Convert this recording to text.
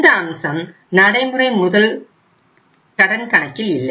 இந்த அம்சம் நடைமுறை முதல் கடன் கணக்கில் இல்லை